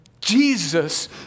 Jesus